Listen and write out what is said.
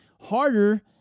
harder